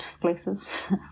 places